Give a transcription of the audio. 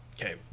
Okay